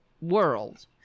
world